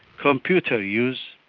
computer use,